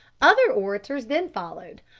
other orators then followed,